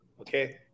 Okay